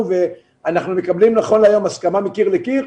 ואנחנו מקבלים נכון להיום הסכמה מקיר לקיר.